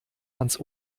ans